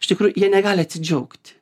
iš tikrųjų jie negali atsidžiaugti